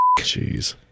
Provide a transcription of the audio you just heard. jeez